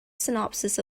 synopsis